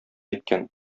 иткән